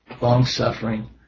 long-suffering